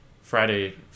Friday